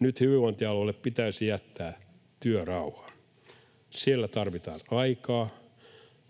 Nyt hyvinvointialueille pitäisi jättää työrauha. Siellä tarvitaan aikaa